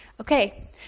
okay